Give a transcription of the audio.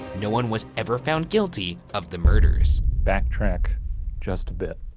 no one was ever found guilty of the murders. backtrack just a bit.